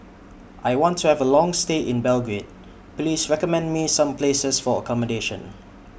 I want to Have A Long stay in Belgrade Please recommend Me Some Places For accommodation